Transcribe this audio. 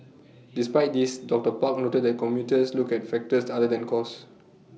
despite this doctor park noted that commuters look at factors other than cost